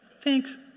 Thanks